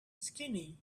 skinny